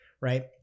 right